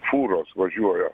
fūros važiuoja